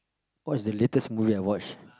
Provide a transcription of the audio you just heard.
what's the latest movie I watched